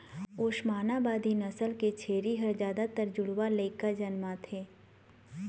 ओस्मानाबादी नसल के छेरी ह जादातर जुड़वा लइका जनमाथे